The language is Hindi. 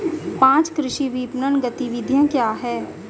पाँच कृषि विपणन गतिविधियाँ क्या हैं?